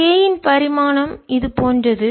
K இன் பரிமாணம் இது போன்றது